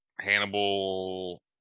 hannibal